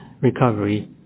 Recovery